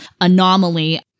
anomaly